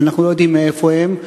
אנחנו לא יודעים מאיפה הם,